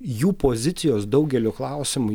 jų pozicijos daugeliu klausimų